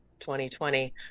2020